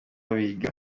biga